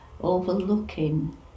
overlooking